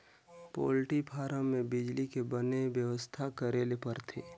poultry farm में बिजली के बने बेवस्था करे ले परथे